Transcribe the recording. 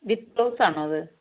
വിത്ത് blouse ആണോ അത്